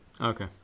Okay